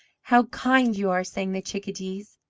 how kind you are! sang the chickadees.